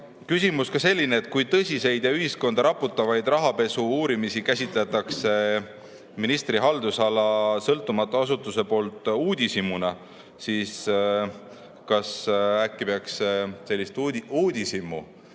Ja on ka selline küsimus: kui tõsiseid ja ühiskonda raputavaid rahapesu‑uurimisi käsitletakse ministri haldusala sõltumatu asutuse poolt uudishimuna, siis kas äkki peaks sellist uudishimu